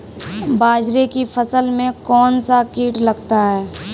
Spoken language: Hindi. बाजरे की फसल में कौन सा कीट लगता है?